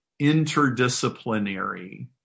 interdisciplinary